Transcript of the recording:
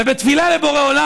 ובתפילה לבורא עולם,